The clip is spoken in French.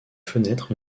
fenêtres